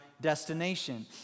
destination